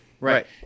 Right